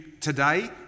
today